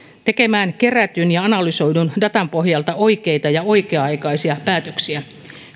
tekemään kerätyn ja analysoidun datan pohjalta oikeita ja oikea aikaisia päätöksiä